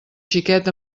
xiquet